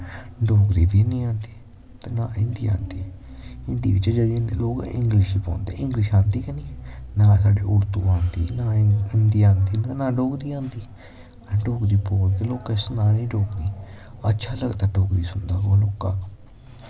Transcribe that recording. डोगरी बी नी आंदी व हिन्दी आंदी हिन्दी च जाई दे लोग इंगलिश च नी पौंदे इंगलिश आंदी गै नी ना उर्दू आंदी ना हिन्दी आंदी ना डोगरी आंदी अस डोगरी बोलगे लोकें गी सनानी डोगरी अडोच्छा लगदा डोगरी सुनदा हून ओह्का